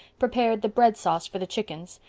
prepared the bread sauce for the chickens,